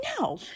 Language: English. no